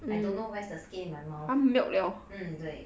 I don't know where's the skin in my mouth 嗯对